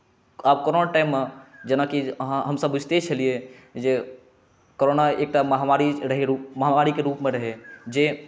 आब कोनो टाइम मे जेनाकि अहाँ हमसभ बुझिते छलियै जे कोरोना एकटा महामारी रहै रुप महामारीकेँ रुपमे रहै जे